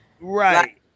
Right